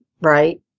right